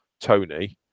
Tony